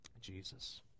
Jesus